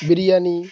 biryani